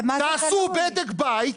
תעשו בדק בית.